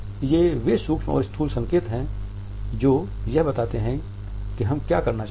ये वे सूक्ष्म और स्थूल संकेत हैं जो यह बताते हैं कि हम क्या कहना चाहते हैं